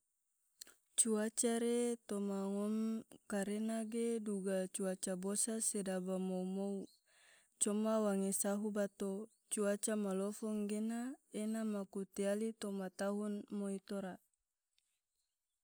cuaca re toma ngom karena ge duga cuaca bosa sedaba mou mou, coma wange sahu bato cuaca malofo nggena ena ma ku tiali toma tahun moi tora.